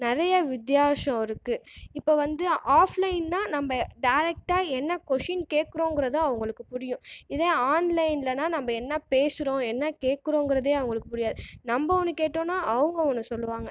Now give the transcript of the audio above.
நிறைய வித்தியாசம் இருக்குது இப்போ வந்து ஆஃப்லைன்னா நம்ம டைரக்ட்டாக என்ன கொஸ்டின் கேட்குறோம்றது அவர்களுக்கு புரியும் இதுவே ஆன்லைனில் நான் என்ன பேசுகிறோம் என்ன கேட்குறோன்றது உங்களுக்கு புரியாது நம்ம ஒன்று கேட்டோம்னா அவங்க ஒன்று சொல்லுவாங்கள்